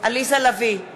עליזה לביא,